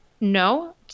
no